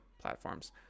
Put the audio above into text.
platforms